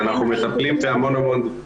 אנחנו מטפלים בהמון נושאים.